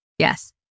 Yes